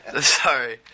sorry